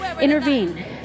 intervene